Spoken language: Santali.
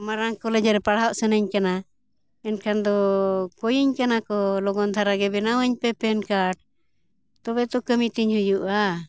ᱢᱟᱨᱟᱝ ᱠᱚᱞᱮᱡᱽ ᱨᱮ ᱯᱟᱲᱦᱟᱜ ᱥᱟᱱᱟᱧ ᱠᱟᱱᱟ ᱮᱱᱠᱷᱟᱱ ᱫᱚ ᱠᱚᱭᱟᱹᱧ ᱠᱟᱱᱟ ᱠᱚ ᱞᱚᱜᱚᱱ ᱫᱷᱟᱨᱟ ᱜᱮ ᱵᱮᱱᱟᱣᱟᱹᱧ ᱯᱮ ᱯᱮᱱ ᱠᱟᱨᱰ ᱛᱚᱵᱮ ᱛᱚ ᱠᱟᱹᱢᱤ ᱛᱤᱧ ᱦᱩᱭᱩᱜᱼᱟ